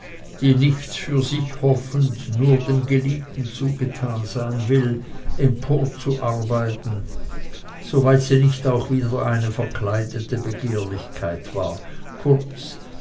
die nichts für sich hoffend nur dem geliebten zugetan sein will emporzuarbeiten soweit sie nicht auch wieder eine verkleidete begehrlichkeit war kurz